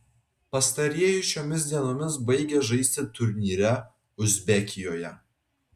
pastarieji šiomis dienomis baigia žaisti turnyre uzbekijoje